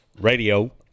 radio